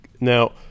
Now